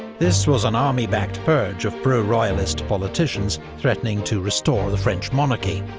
this was an army-backed purge of pro-royalist politicians, threatening to restore the french monarchy.